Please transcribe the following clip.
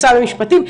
משרד המשפטים,